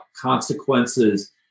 consequences